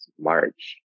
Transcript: March